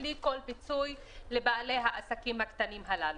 בלי כל פיצוי לבעלי העסקים הקטנים הללו.